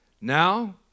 Now